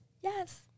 yes